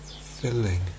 filling